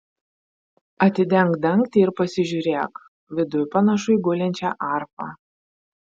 atidenk dangtį ir pasižiūrėk viduj panašu į gulinčią arfą